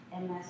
MS